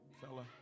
fella